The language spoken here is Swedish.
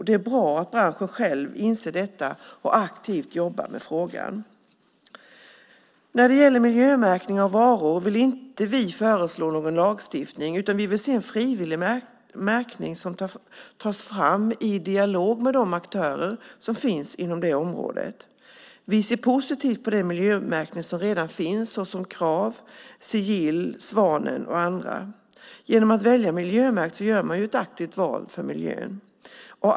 Det är bra att branschen själv inser detta och aktivt jobbar med frågan. När det gäller miljömärkning av varor vill inte vi föreslå någon lagstiftning, utan vi vill se en frivillig märkning som tas fram i dialog med de aktörer som finns inom det området. Vi ser positivt på den miljömärkning som redan finns såsom Krav, Sigill, Svanen och andra. Genom att välja miljömärkt gör man ett aktivt val för miljön.